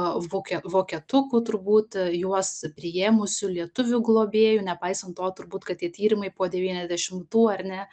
vp vokietukų turbūt juos priėmusių lietuvių globėjų nepaisant to turbūt kad tie tyrimai po devyniasdešimtų ar ne